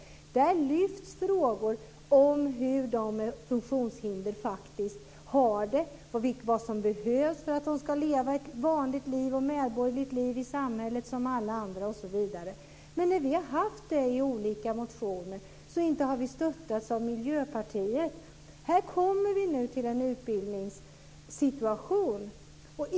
Vid institutet lyfts fram frågor om hur de med funktionshinder faktiskt har det, vad som behövs för att de ska kunna leva ett vanligt medborgerligt liv i samhället osv. När vi har tagit upp denna fråga i olika motioner har vi inte fått stöd av Här befinner vi oss i en situation då vi diskuterar utbildningsfrågor.